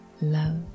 love